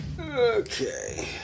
Okay